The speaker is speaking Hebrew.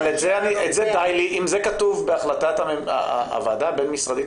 אם זה כתוב בהחלטת הוועדה הבין משרדית,